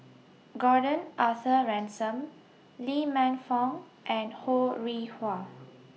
Gordon Arthur Ransome Lee Man Fong and Ho Rih Hwa